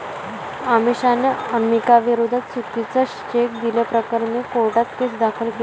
अमिषाने अनामिकाविरोधात चुकीचा चेक दिल्याप्रकरणी कोर्टात केस दाखल केली